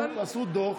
עשו דוח,